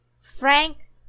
Frank